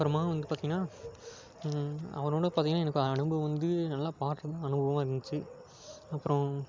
அப்புறமா வந்து பார்த்திங்கன்னா அப்புறமேட்டு பார்த்திங்கன்னா எனக்கு அனுபவம் வந்து நல்லா பாடுறது அனுபவமாக இருந்துச்சு அப்றம்